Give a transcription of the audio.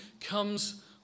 comes